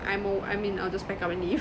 I'm oh I mean I'll just pack up and leave